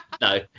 no